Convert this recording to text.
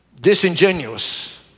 disingenuous